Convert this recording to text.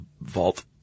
vault